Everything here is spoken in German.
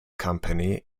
company